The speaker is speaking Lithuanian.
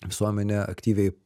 visuomenė aktyviai